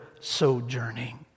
sojourning